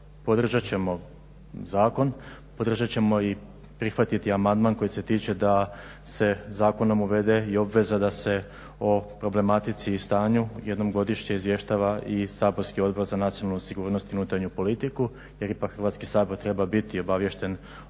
podržat ćemo zakon, podržat ćemo i prihvatiti amandman koji se tiče da se zakonom uvede i obveza da se o problematici i stanju jednom godišnje izvještava i saborski Odbor za nacionalnu sigurnost i unutarnju politiku jer ipak Hrvatski sabor treba biti obaviješten o ovim